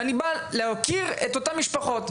ואני בא להוקיר את אותן משפחות.